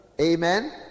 Amen